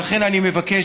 לכן אני מבקש,